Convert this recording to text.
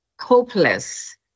hopeless